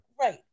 Right